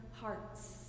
hearts